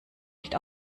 nicht